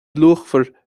luachmhar